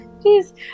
please